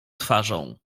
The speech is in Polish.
twarzą